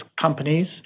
companies